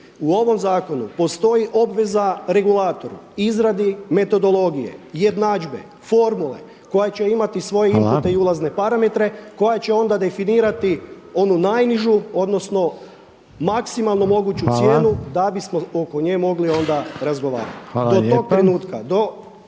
U ovom zakonu postoji obveza regulatoru, izradi metodologije, jednadžbe, formule koja će imati svoje inpute i ulazne parametre, koja će onda definirati onu najnižu odnosno maksimalno moguću cijenu da bismo oko nje mogli onda razgovarati. Do tog